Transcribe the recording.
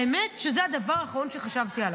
האמת היא שזה הדבר האחרון שחשבתי עליו.